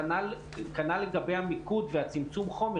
כנ"ל לגבי המיקוד וצמצום החומר.